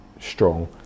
strong